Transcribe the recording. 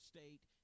State